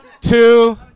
Two